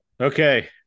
Okay